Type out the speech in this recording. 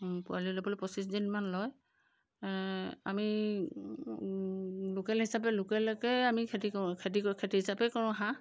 পোৱালি ওলাবলৈ পঁচিছদিনমান লয় আমি লোকেল হিচাপে লোকেলকে আমি খেতি কৰোঁ খেতি কৰি খেতি হিচাপে কৰোঁ হাঁহ